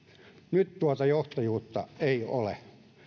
nyt tuota johtajuutta ei ole